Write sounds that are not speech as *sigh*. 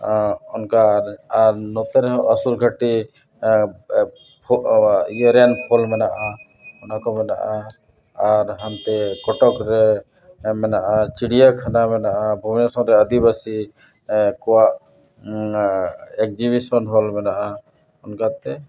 ᱟᱨ ᱚᱱᱠᱟ ᱟᱨ ᱱᱚᱛᱮ ᱨᱮ ᱦᱚᱸ ᱩᱥᱩᱨ ᱜᱷᱟᱹᱴᱤ ᱟᱨ ᱟᱨ ᱤᱭᱟᱹ ᱨᱮᱱ *unintelligible* ᱢᱮᱱᱟᱜᱼᱟ ᱚᱱᱟ ᱠᱚ ᱢᱮᱱᱟᱜᱼᱟ ᱟᱨ ᱦᱟᱱᱛᱮ ᱠᱚᱴᱚᱠ ᱨᱮ ᱟᱨ ᱢᱮᱱᱟᱜᱼᱟ ᱪᱤᱲᱤᱭᱟ ᱠᱷᱟᱱᱟ ᱢᱮᱱᱟᱜᱼᱟ ᱵᱷᱩᱵᱽᱱᱮᱹᱥᱥᱚᱨ ᱨᱮ ᱟᱹᱫᱤᱵᱟᱹᱥᱤ ᱠᱚᱣᱟᱜ ᱮᱠᱡᱤᱵᱮᱥᱚᱱ ᱦᱚᱞ ᱢᱮᱱᱟᱜᱼᱟ ᱚᱱᱠᱟᱛᱮ